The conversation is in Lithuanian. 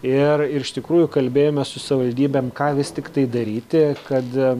ir ir iš tikrųjų kalbėjomės su savivaldybėm ką vis tiktai daryti tai kad